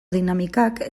dinamikak